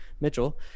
Mitchell